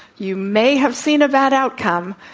you may have seen a bad outcome,